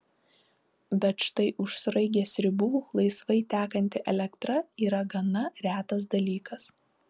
bet štai už sraigės ribų laisvai tekanti elektra yra gana retas dalykas